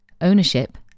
ownership